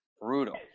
brutal